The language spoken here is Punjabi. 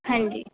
ਹਾਂਜੀ